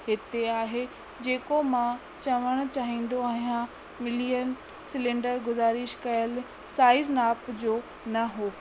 हिते आहे जेको मां चवणु चाहींदो आहियां मिलियल सिलेंडर गुज़ारिश कयल साईज़ नाप जो न हो